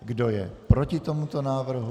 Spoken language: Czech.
Kdo je proti tomuto návrhu?